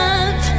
up